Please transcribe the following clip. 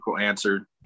answer